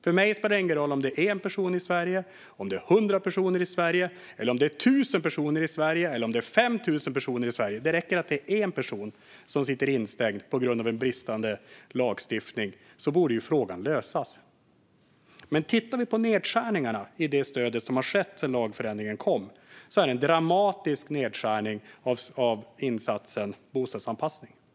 För mig spelar det ingen roll om det handlar om 1, 100, 1 000 eller 5 000 personer i Sverige. Om det är en person som sitter instängd på grund av en bristande lagstiftning borde det räcka för att frågan skulle lösas. Men om vi tittar på de nedskärningar som skett i detta stöd sedan lagförändringen kom ser vi att det är en dramatisk nedskärning av insatsen bostadsanpassning.